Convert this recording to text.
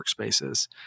workspaces